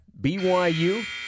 BYU